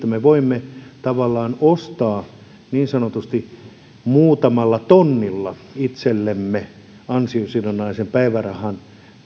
me voimme tavallaan ostaa niin sanotusti muutamalla tonnilla itsellemme ansiosidonnaisen päivärahan